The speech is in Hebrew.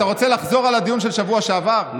אתה רוצה לחזור על הדיון של שבוע שעבר,